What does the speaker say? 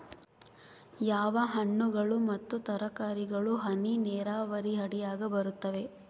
ಯಾವ ಹಣ್ಣುಗಳು ಮತ್ತು ತರಕಾರಿಗಳು ಹನಿ ನೇರಾವರಿ ಅಡಿಯಾಗ ಬರುತ್ತವೆ?